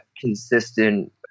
consistent